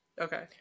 Okay